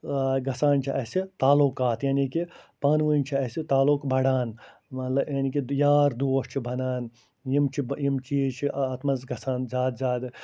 گژھان چھِ اَسہِ تعلقات یعنی کہِ پانہٕ ؤنۍ چھِ اَسہِ تعلق بڑان مطلب یعنی کہِ یار دوس چھِ بنان یِم چھِ یِم چیٖز چھِ اَتھ منٛز گژھان زیادٕ زیادٕ